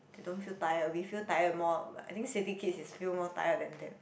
they don't feel tired we feel tired more I think city kids is feel more tired than that